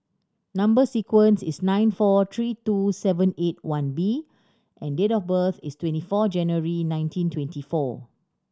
number sequence is S nine four three two seven eight one B and date of birth is twenty four January nineteen twenty four